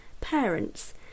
parents